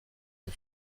ont